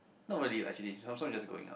not really lah actually some some is just going out